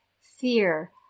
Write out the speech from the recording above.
fear